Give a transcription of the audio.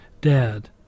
Dad